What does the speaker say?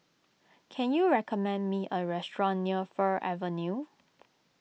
can you recommend me a restaurant near Fir Avenue